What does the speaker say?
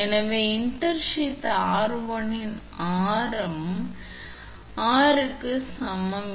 ஆ எனவே இன்டர்ஷீத் 𝑟1 இன் ஆரம் to க்கு சமம்